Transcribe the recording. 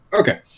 Okay